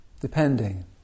depending